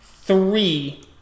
three